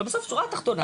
אבל בסוף השורה התחתונה,